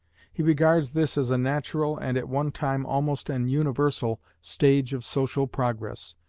he regards this as a natural, and at one time almost an universal, stage of social progress,